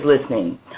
listening